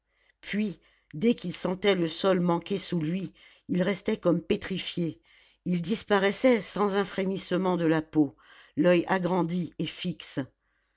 puis dès qu'il sentait le sol manquer sous lui il restait comme pétrifié il disparaissait sans un frémissement de la peau l'oeil agrandi et fixe